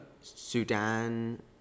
Sudan